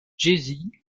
jay